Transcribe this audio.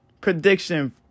prediction